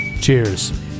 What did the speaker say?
cheers